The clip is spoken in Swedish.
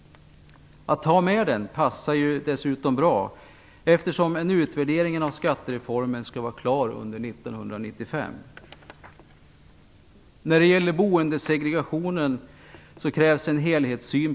Det passar dock bra att ta med den frågan, eftersom en utvärdering av skattereformen skall vara klar under 1995. När det gäller problemet med boendesegregationen krävs en helhetssyn.